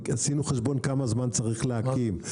עשינו חשבון כמה זמן צריך להקים,